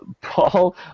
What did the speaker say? Paul